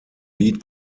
lead